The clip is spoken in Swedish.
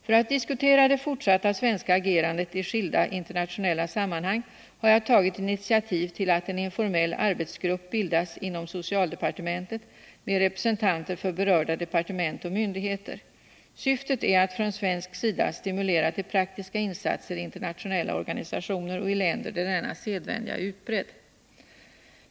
För att diskutera det fortsatta svenska agerandet i skilda internationella sammanhang har jag tagit initiativ till att en informell arbetsgrupp bildats inom socialdepartementet med representanter för berörda departement och myndigheter. Syftet är att från svensk sida stimulera till praktiska insatser i internationella organisationer och i länder där denna sedvänja är utbredd.